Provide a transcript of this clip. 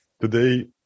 today